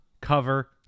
cover